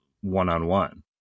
one-on-one